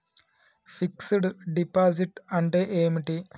Fix డ్ deposit అంటే ఏమిటి?